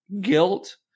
Guilt